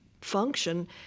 function